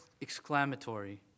exclamatory